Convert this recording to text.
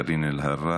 חברת הכנסת קארין אלהרר,